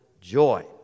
joy